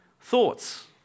thoughts